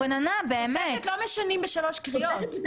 תוספת לא משנים בשלוש קריאות.